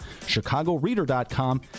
chicagoreader.com